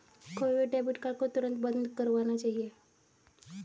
खोये हुए debit card को तुरंत बंद करवाना चाहिए